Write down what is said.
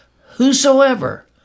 whosoever